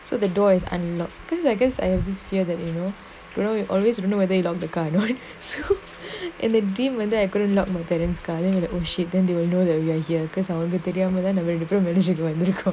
so the door is unlocked things I guess I have this fear that you know you know you always don't know whether you lock the car or not so in the game I couldn't lock my parents' car then I oh shit then they will know that you are here because I wanted to tell them run away because they initially didn't come